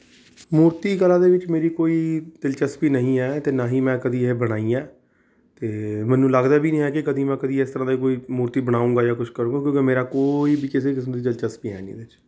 ਮੂਰਤੀ ਕਲਾ ਦੇ ਵਿੱਚ ਮੇਰੀ ਕੋਈ ਦਿਲਚਸਪੀ ਨਹੀਂ ਹੈ ਅਤੇ ਨਾ ਹੀ ਮੈਂ ਕਦੀ ਇਹ ਬਣਾਈ ਹੈ ਅਤੇ ਮੈਨੂੰ ਲੱਗਦਾ ਵੀ ਨਹੀਂ ਹੈ ਕਿ ਕਦੀ ਮੈਂ ਕਦੀ ਇਸ ਤਰ੍ਹਾਂ ਦੀ ਕੋਈ ਮੂਰਤੀ ਬਣਾਊਂਗਾ ਜਾਂ ਕੁਝ ਕਰਗੁ ਮੇਰਾ ਕੋਈ ਵੀ ਕਿਸੇ ਕਿਸਮ ਦੀ ਦਿਲਚਸਪੀ ਹੈ ਨਹੀਂ ਇਹਦੇ 'ਚ